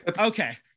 Okay